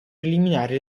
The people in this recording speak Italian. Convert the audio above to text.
eliminare